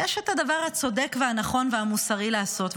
יש את הדבר הצודק והנכון והמוסרי לעשות.